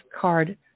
card